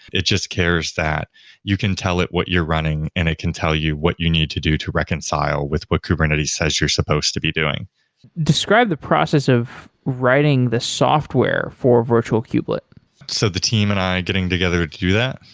it just cares that you can tell it what you're running and it can tell you what you need to do to reconcile with what kubernetes says you're supposed to be doing describe the process of writing the software for virtual kubelet so the team and i getting together to do that?